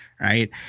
Right